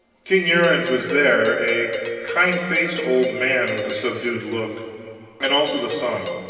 king uriens was there, a kind-faced old man with a subdued look and also the son,